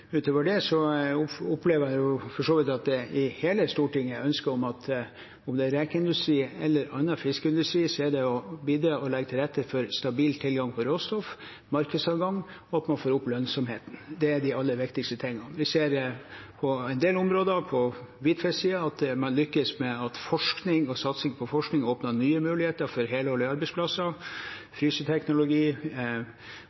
i hele Stortinget er ønske om – enten det er rekeindustri eller annen fiskeindustri – å bidra til å legge til rette for stabil tilgang på råstoff, markedsadgang og at man får opp lønnsomheten. Det er de aller viktigste tingene. Vi ser på en del områder på hvitfisksiden at man lykkes med at forskning og satsing på forskning åpner nye muligheter for helårige